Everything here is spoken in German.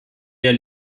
der